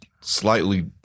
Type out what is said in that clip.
slightly